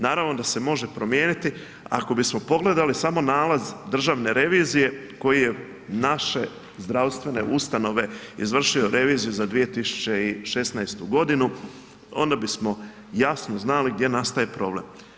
Naravno da se može promijeniti, ako bismo pogledali smo nalaz Državne revizije koji je naše zdravstvene ustanove izvršio reviziju za 2016. godinu, onda bismo jasno znali gdje nastaje problem.